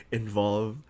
involve